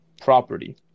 property